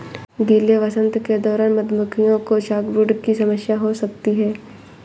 गीले वसंत के दौरान मधुमक्खियों को चॉकब्रूड की समस्या हो सकती है